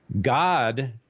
god